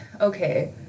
okay